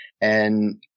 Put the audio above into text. And-